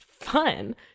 fun